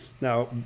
now